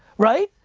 right?